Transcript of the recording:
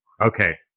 Okay